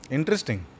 Interesting